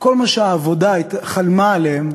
כל מה שהעבודה חלמה עליו.